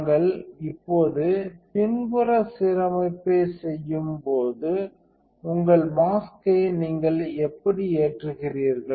நாங்கள் இப்போது பின்புற சீரமைப்பைச் செய்யும்போது உங்கள் மாஸ்க்யை நீங்கள் எப்படி ஏற்றுகிறீர்கள்